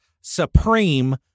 Supreme